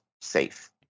safe